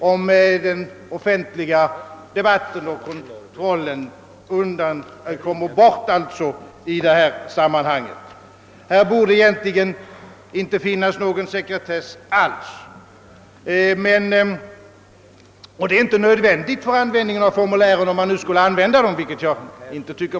Om den offentliga debatten och kontrollen försvinner i detta sammanhang, är verklig fara å färde. Här borde egentligen inte finnas någon sekretess alls. Det är inte nödvändigt för användning av formulären — om man nu skall använda dem, vilket jag inte tycker.